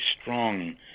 strong